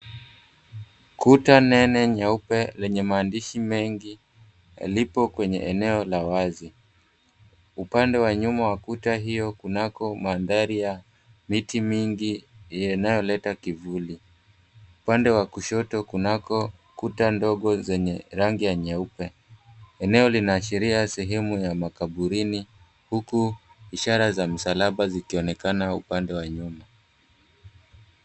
Kuta nene nyeupe lenye maandishi mengi liko kwenye eneo la wazi, upande wa nyuma wakuta hiyo kunako mandhari ya miti mingi yanayoleta kivuli. Upande wa kushoto kunako kuta ndogo zenye rangi ya nyeupe. Eneo linaashiria sehemu ya makaburini huku ishara za misalaba zikionekana upande wa nyuma.